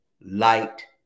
light